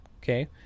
okay